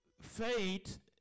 faith